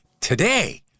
today